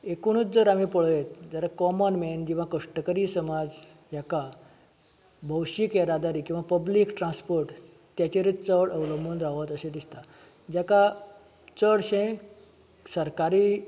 एकुणच जर आमी पळयत जाल्या कॉमन मॅन किंवा कश्टकरी समाज हेका भौशीक येरादारी किंवा पब्लीक ट्रांसपोट तेचेरूच चड अवलंबून रावप अशें दिसता जेका चडशें सरकारूय